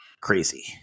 crazy